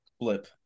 flip